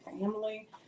family